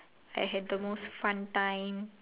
I had the most fun time